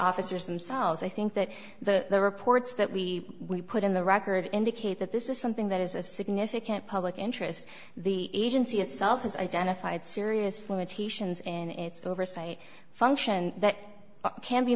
officers themselves i think that the reports that we put in the record indicate that this is something that is of significant public interest the agency itself has identified see arius limitations and its oversight function that can be